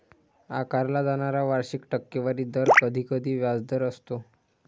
आकारला जाणारा वार्षिक टक्केवारी दर कधीकधी व्याजदर असतो